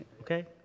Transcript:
Okay